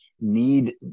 need